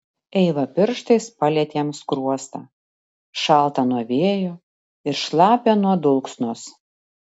eiva pirštais palietė jam skruostą šaltą nuo vėjo ir šlapią nuo dulksnos